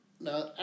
Now